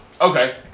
Okay